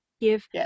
give